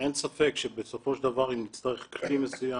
אין ספק שבסופו של דבר אם נצטרך כלי מסוים